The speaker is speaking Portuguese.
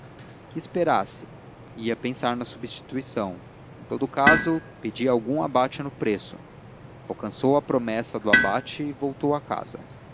que esperasse ia pensar na substituição em todo caso pedia algum abate no preço alcançou a promessa do abate e voltou a casa